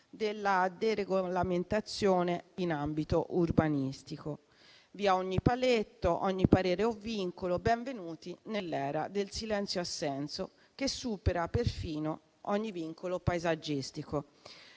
della deregolamentazione in ambito urbanistico; via ogni paletto, ogni parere o vincolo. Benvenuti nell'era del silenzio assenso che supera perfino ogni vincolo paesaggistico.